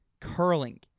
Curling